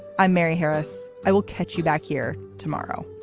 i'm mary harris. i will catch you back here tomorrow